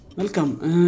Welcome